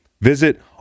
Visit